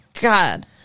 God